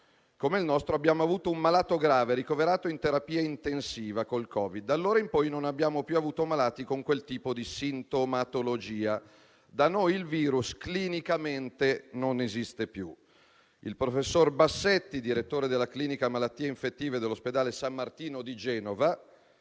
come il nostro, abbiamo avuto un malato grave ricoverato in terapia intensiva col Covid-19. Da allora in poi, non abbiamo più avuto malati con quel tipo di sintomatologia. Da noi, il virus clinicamente non esiste più». Ancora cito il professor Bassetti, direttore della Clinica malattie infettive dell'ospedale San Martino di Genova.